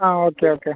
ആ okay okay